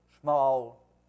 small